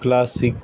classic